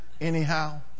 Anyhow